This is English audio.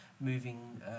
moving